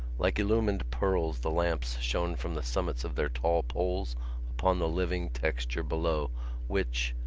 like illumined pearls the lamps shone from the summits of their tall poles upon the living texture below which,